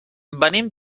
venim